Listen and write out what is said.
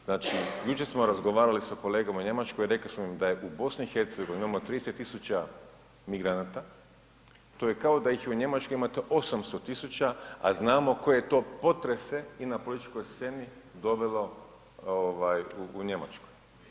Znači jučer smo razgovarali s kolegama u Njemačkoj i rekli smo im da je u BiH imamo 30 tisuća migranata, to je kao da ih u Njemačkoj imate 800 tisuća, a znamo koje to potrese i na političkoj sceni dovelo u Njemačku.